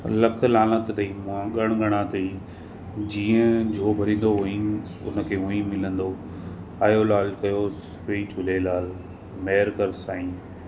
लख लानति अथई मूआं ॻण घणां अथई जीअं जो भरींदो हुअं ई उनखे हूअं ई मिलंदो आयो लाल कयो सभई झूलेलाल महिरु कर साईं